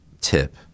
tip